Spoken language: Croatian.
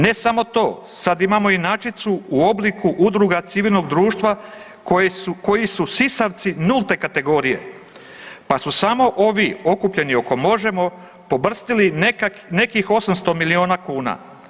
Ne samo to, sad imamo inačicu u obliku udruga civilnog društva koje su, koji su sisavci nulte kategorije pa su samo ovi okupljeni oko Možemo pobrstili nekih 800 miliona kuna.